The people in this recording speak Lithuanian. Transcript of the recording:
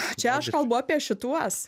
čia aš kalbu apie šituos